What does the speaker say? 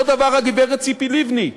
אותו דבר, הגברת ציפי לבני.